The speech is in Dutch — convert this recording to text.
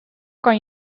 kan